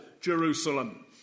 Jerusalem